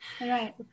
right